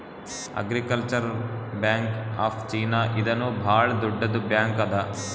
agricultural bank of China ಇದೂನು ಭಾಳ್ ದೊಡ್ಡುದ್ ಬ್ಯಾಂಕ್ ಅದಾ